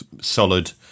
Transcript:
solid